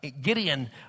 Gideon